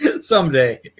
someday